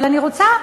אבל אני רוצה,